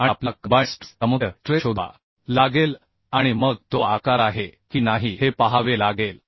आणि आपल्याला combined stress समतुल्य स्ट्रेस शोधावा लागेल आणि मग तो आकार आहे की नाही हे पाहावे लागेल